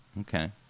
okay